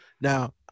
Now